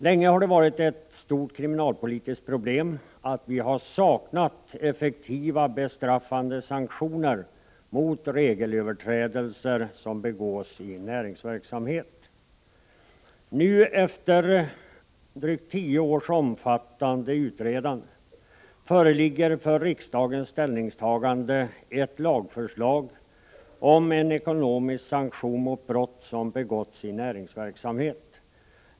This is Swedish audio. Länge har det varit ett stort kriminalpolitiskt problem att vi saknat effektiva bestraffande sanktioner mot regelöverträdelser som begås i näringsverksamhet. Nu, efter drygt tio års omfattande utredande, föreligger för riksdagens ställningstagande ett lagförslag om en ekonomisk sanktion mot brott som har begåtts i näringsverksamhet.